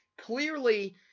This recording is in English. clearly